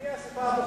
ומי האספה הבוחרת?